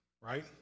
right